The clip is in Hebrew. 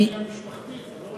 זה גם עניין משפחתי.